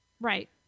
Right